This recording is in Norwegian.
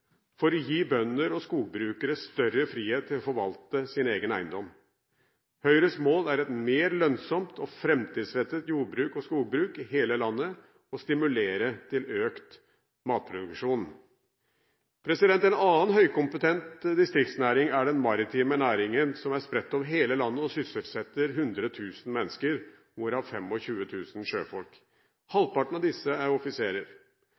for å gi bønder og skogbrukere større frihet til å forvalte sin egen eiendom. Høyres mål er et mer lønnsomt og framtidsrettet jordbruk og skogbruk i hele landet og stimulere til økt matproduksjon. En annen høykompetent distriktsnæring er den maritime næringen, som er spredt over hele landet, og sysselsetter 100 000 mennesker, hvorav 25 000 sjøfolk. Halvparten av disse er offiserer.